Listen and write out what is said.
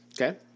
Okay